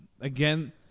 again